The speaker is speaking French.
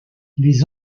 les